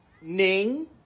Ning